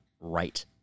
right